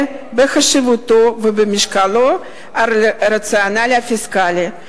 בחשיבותו ובמשקלו על הרציונל הפיסקלי.